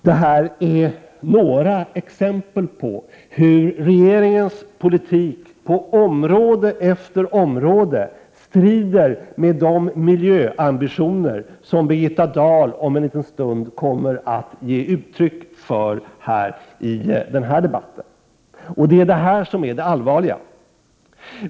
Det här är några exempel på hur regeringens politik på område efter område strider mot de miljöambitioner som Birgitta Dahl om en liten stund kommer att ge uttryck för i den här debatten, och detta är det allvarliga.